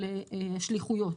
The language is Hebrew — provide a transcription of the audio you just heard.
של השליחויות,